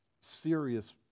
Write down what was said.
serious